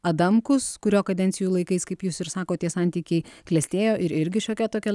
adamkus kurio kadencijų laikais kaip jūs ir sakot tie santykiai klestėjo ir irgi šiokia tokia